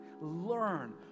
learn